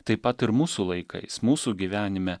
taip pat ir mūsų laikais mūsų gyvenime